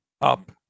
up